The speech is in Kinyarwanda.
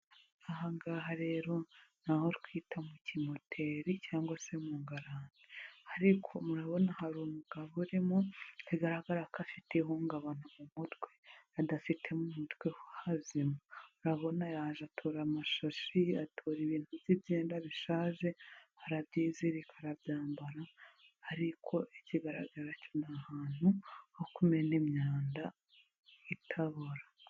Aha ngaha rero ni aho twita mu kimoteri cyangwa se mu ngaranti, ariko murabona hari umugabo urimo, bigaragara ko afite ihungabana mu mutwe, adafite mu mutwe hazima. Urabona yaje atora amashashi, atora ibintu by'ibyenda bishaje, arabyizirika, arabyambara, ariko ikigaragara cyo ni ahantu ho kumena imyanda itabora.